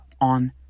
on